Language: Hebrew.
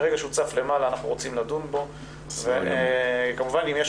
מרגע שהוא צף למעלה אנחנו רוצים לדון בו וכמובן אם יש